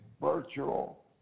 virtual